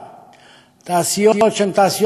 תעשיות מזהמות,